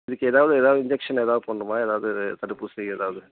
இதுக்கு ஏதாவது ஏதாவது இன்ஜெக்ஷன் ஏதாவது போடணுமா ஏதாவது தடுப்பூசி ஏதாவது